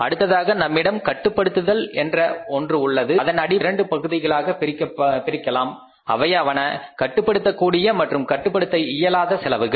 அடுத்ததாக நம்மிடம் கட்டுப்படுத்துதல் என்ற ஒன்று உள்ளது அதன் அடிப்படையில் இரண்டு பகுதிகளாகப் பிரிக்கலாம் அவையாவன கட்டுப்படுத்தக் கூடியவை மற்றும் கட்டுப்படுத்த முடியாத செலவுகள்